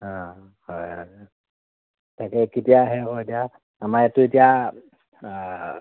অ হয় হয় তাকে কেতিয়াহে হয় এতিয়া আমাৰ এইটো এতিয়া